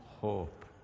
hope